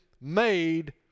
made